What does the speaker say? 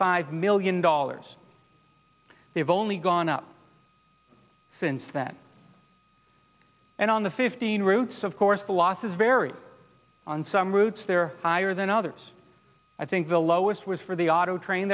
five million dollars they've only gone up since then and on the fifteen routes of course the losses vary on some routes they're higher than others i think the lowest was for the auto train